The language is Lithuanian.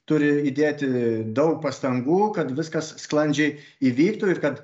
turi įdėti daug pastangų kad viskas sklandžiai įvyktų ir kad